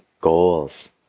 goals